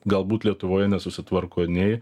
galbūt lietuvoj nesusitvarko nei